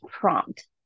prompt